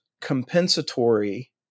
compensatory